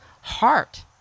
heart